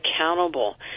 accountable